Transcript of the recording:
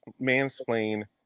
mansplain